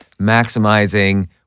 maximizing